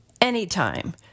anytime